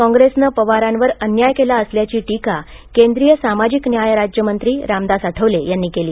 काँग्रेसने पवारांवर अन्याय केला असल्याची टीका केंद्रीय सामाजिक न्याय राज्यमंत्री रामदास आठवले यांनी केली